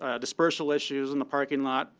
ah dispersal issues in the parking lot,